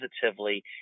positively